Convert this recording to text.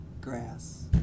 grass